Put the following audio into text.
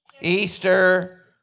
Easter